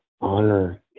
honor